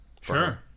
sure